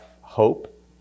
hope